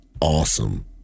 Awesome